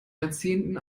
jahrzehnten